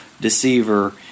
deceiver